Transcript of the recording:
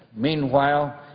meanwhile,